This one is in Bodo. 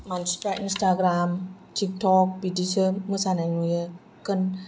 मानसिफोरा इनस्टाग्राम थिक थक बिदिसो मोसानाय नुयो गोन